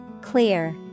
Clear